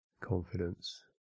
confidence